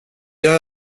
gör